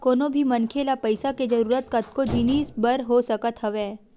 कोनो भी मनखे ल पइसा के जरुरत कतको जिनिस बर हो सकत हवय